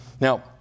Now